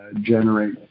generate